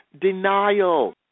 denial